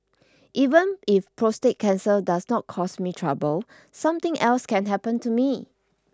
even if prostate cancer does not cause me trouble something else can happen to me